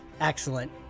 Excellent